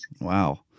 Wow